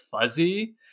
fuzzy